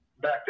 back